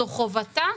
זו חובתה,